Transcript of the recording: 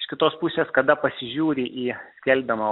iš kitos pusės kada pasižiūri į skelbiamą